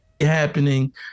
Happening